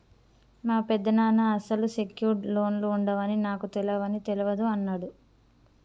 మా పెదనాన్న అసలు సెక్యూర్డ్ లోన్లు ఉండవని నాకు తెలవని తెలవదు అన్నడు